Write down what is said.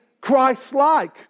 Christ-like